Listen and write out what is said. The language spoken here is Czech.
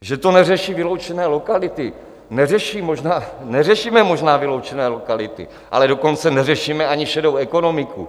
Že to neřeší vyloučené lokality, neřešíme možná vyloučené lokality, ale dokonce neřešíme ani šedou ekonomiku?